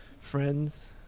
friends